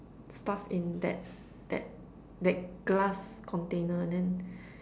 stuff in that that that glass container and then